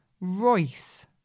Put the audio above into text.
Royce